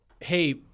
hey